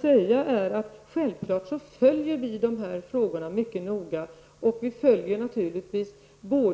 Självklart följer vi dessa frågor mycket noga, såväl